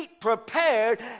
prepared